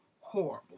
horrible